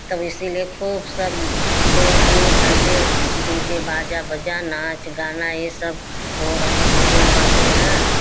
तब इसीलिए खूब सब दो तीन घंटे डी जे बाजा बजा नाच गाना ए सब हो रहे हैं जोन बाटे हैं